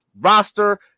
roster